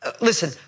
listen